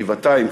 גבעתיים,